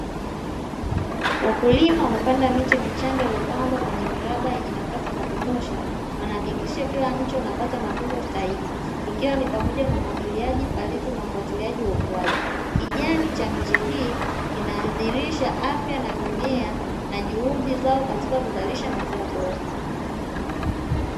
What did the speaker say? Wakulima wamepanda miche michanga iliyopandwa kwenye milaba yenye nafasi za kotosha, wanahakikisha kila mche unapata matunzo stahiki, ikiwa ni pamoja na umwagiliaji palizi na ufatiliaji waukiaji, kijani cha miche hii kinadhihirisha afya ya mimea na juhudi zao katika kuzalisha mazao bora.